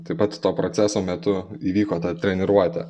taip pat to proceso metu įvyko ta treniruotė